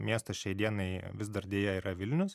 miestas šiai dienai vis dar deja yra vilnius